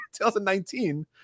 2019